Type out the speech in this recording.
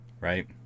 right